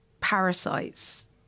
parasites